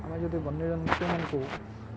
ଆମେ ଯଦି ବନ୍ୟ ଜନ୍ତୁ ମାନଙ୍କୁ